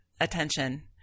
attention